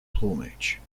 plumage